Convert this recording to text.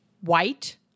white